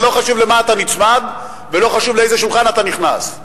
לא חשוב למה אתה נצמד ולא חשוב מתחת לאיזה שולחן אתה נכנס.